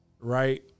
right